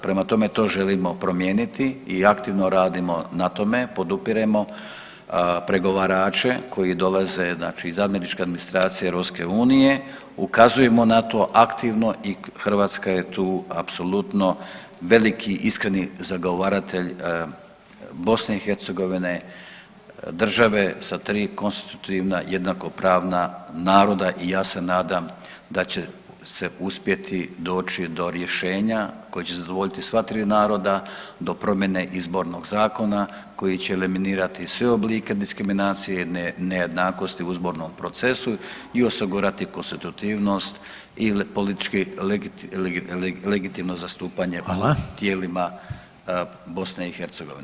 Prema tome to želim promijeniti i aktivno radimo na tome, podupiremo pregovarače koji dolaze znači i američke administracije EU, ukazujemo na to aktivno i Hrvatska je tu apsolutno veliki, iskreni zagovaratelj BiH, države sa tri konstitutivna jednakopravna naroda i ja se nadam da će se uspjeti doći do rješenja koje će zadovoljiti sva tri naroda, do promijene izbornog zakona koji će eliminirati sve oblike diskriminacije i nejednakosti u izbornom procesu i osigurati konstitutivnost i politički legitimno zastupanje u tijelima [[Upadica: Hvala.]] BiH.